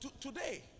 Today